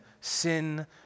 Sin